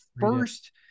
first